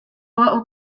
little